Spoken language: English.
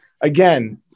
again